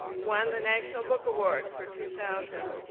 won the national book award for two thousand.